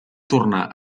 tornar